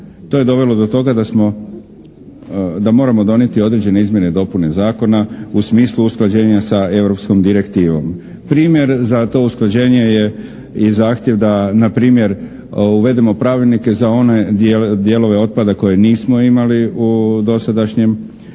to je dovelo do toga da smo, da moramo donijeti određene izmjene i dopune zakona u smislu usklađenja sa europskom direktivom. Primjer za to usklađenje je i zahtjev da na primjer uvedemo pravilnike za one dijelove otpada koje nismo imali u dosadašnjem